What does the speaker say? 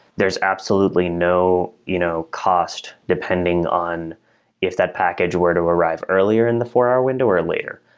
there's absolutely no you know cost depending on if that package were to arrive earlier in the four-hour window, or later.